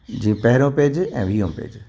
जीअं पहिरियों पेजु ऐं वीहों पेजु